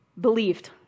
believed